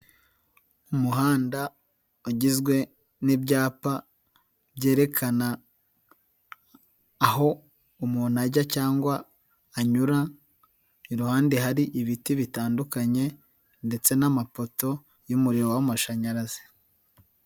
Umuhanda ugizwe n'ibyapa byerekana aho umuntu ajya cyangwa anyura, iruhande hari ibiti bitandukanye ndetse n'amapoto y'umuriro w'amashanyarazi.